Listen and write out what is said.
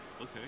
Okay